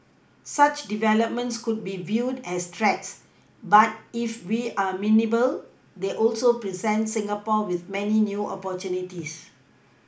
such developments could be viewed as threats but if we are nimble they also present Singapore with many new opportunities